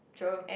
sure